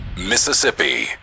Mississippi